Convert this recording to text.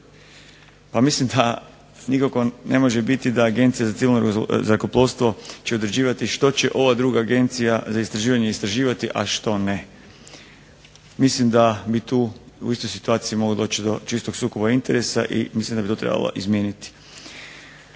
Mislim da nikako ne može biti da Agencija za civilno zrakoplovstvo će određivati što će ova druga Agencija za istraživanje istraživati, a što ne. Mislim da bi tu u istoj situaciji moglo doći do čistog sukoba interesa i mislim da bi to trebalo izmijeniti.